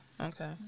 Okay